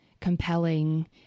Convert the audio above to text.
compelling